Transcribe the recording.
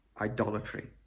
idolatry